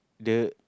the